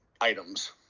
items